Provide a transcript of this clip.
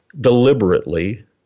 deliberately